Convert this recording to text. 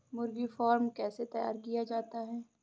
मुर्गी फार्म कैसे तैयार किया जाता है?